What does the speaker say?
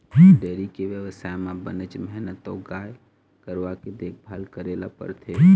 dairy के बेवसाय म बनेच मेहनत अउ गाय गरूवा के देखभाल करे ल परथे